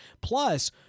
Plus